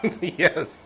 Yes